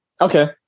Okay